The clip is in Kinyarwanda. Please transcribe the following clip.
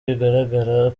bigaragara